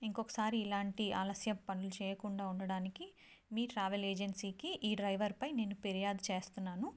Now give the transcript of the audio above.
ఇంకొకసారి ఇలాంటి ఆలస్యం పనులు చెయ్యకుండా ఉండడానికి మీ ట్రావెల్ ఏజెన్సీకి ఈ డ్రైవర్పై నేను ఫిర్యాదు చేస్తున్నాను